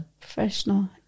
professional